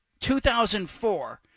2004